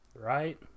Right